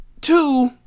Two